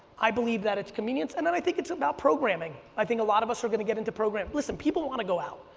i believe that it's convenience and and i think it's about programming. i think a lot of us are going to get into program, listen, people want to go out.